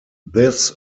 this